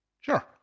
Sure